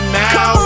now